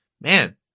man